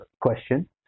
question